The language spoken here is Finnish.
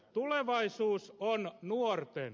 tulevaisuus on nuorten